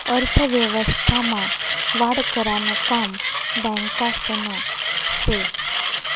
अर्थव्यवस्था मा वाढ करानं काम बॅकासनं से